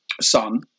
son